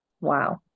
wow